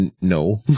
no